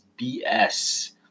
BS